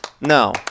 No